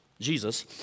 Jesus